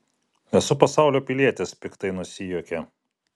esu pasaulio pilietis piktai nusijuokė